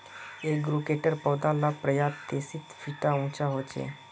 एगफ्रूटेर पौधा ला प्रायः तेतीस फीट उंचा होचे